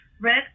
Red